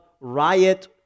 riot